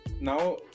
now